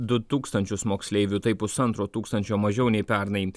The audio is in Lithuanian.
du tūkstančius moksleivių tai pusantro tūkstančio mažiau nei pernai